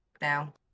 Now